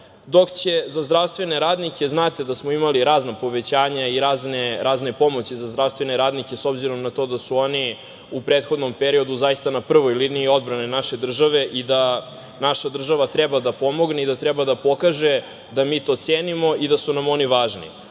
dok će za zdravstvene radnike, znate da smo imali razna povećanja i razne pomoći za zdravstvene radnike s obzirom na to da su oni u prethodnom periodu zaista na prvoj liniji odbrane naše države i da naša država treba da pomogne i da treba da pokaže da mi to cenimo i da su nam oni važni,